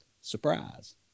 Surprise